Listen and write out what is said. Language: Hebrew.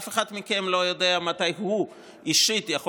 אף אחד מכם לא יודע מתי הוא אישית יכול